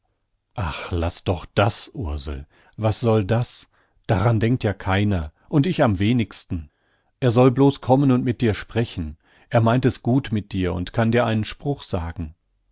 ach laß doch das ursel was soll das daran denkt ja keiner und ich am wenigsten er soll blos kommen und mit dir sprechen er meint es gut mit dir und kann dir einen spruch sagen